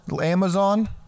Amazon